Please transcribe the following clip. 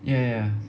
ya ya